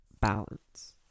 balance